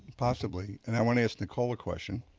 possibly. and i want to ask nicole a question.